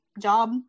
job